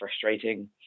frustrating